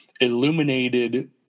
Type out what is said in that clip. illuminated